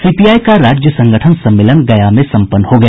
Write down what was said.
CPI का राज्य संगठन सम्मेलन गया में सम्पन्न हो गया